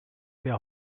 der